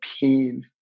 pain